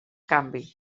canvi